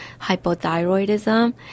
hypothyroidism